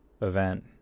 event